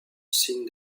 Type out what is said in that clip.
signe